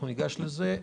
ניגש לזה,